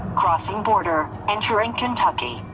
crossing border. entering kentucky.